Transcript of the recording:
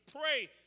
pray